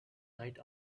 night